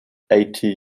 eighty